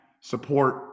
support